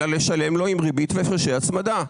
אלא לשלם לו עם ריבית והפרשי הצמדה.